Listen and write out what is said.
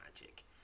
magic